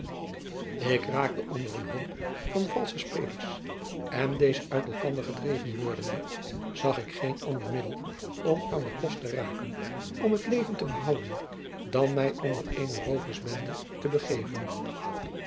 k raakte onder een hoop van valsche spelers en deze uit elkander gedreven wordende zag ik geen ander middel om aan den kost te raken om het leven te behouden dan mij onder eene rooversbende te begeven